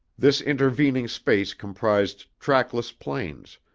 this intervening space comprised trackless plains,